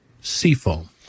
Seafoam